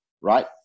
right